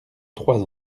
trois